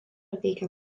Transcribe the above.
veikė